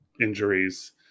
injuries